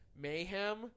Mayhem